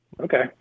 Okay